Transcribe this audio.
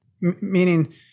meaning